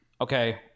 okay